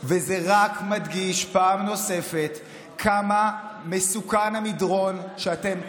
וזה רק מדגיש פעם נוספת כמה מסוכן המדרון שאתם דוחפים,